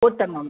उत्तमम्